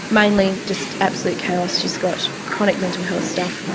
mainly just absolute chaos. she's got chronic mental health stuff,